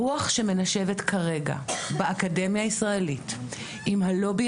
הרוח שמנשבת כרגע באקדמיה הישראלית עם הלובי